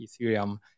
Ethereum